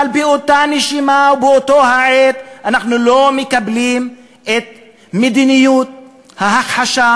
אבל באותה נשימה ובאותה העת אנחנו לא מקבלים את מדיניות ההכחשה